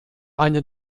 eine